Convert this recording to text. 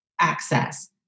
access